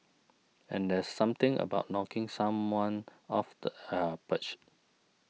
and there's something about knocking someone off their perch